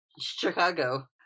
Chicago